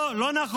לא, לא נכון.